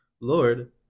Lord